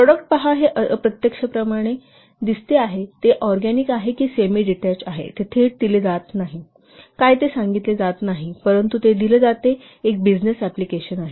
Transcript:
product पहा हे अप्रत्यक्षपणे दिसते आहे ते ऑरगॅनिक आहे की सेमीडीटेच आहे ते थेट दिले जात नाही काय ते सांगितले जात नाही परंतु ते दिले जाते एक बिजनेस अप्लिकेशन आहे